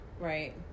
Right